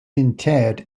interred